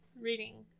reading